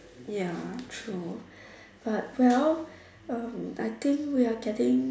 ya true but well um I think we are getting